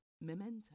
memento